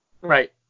Right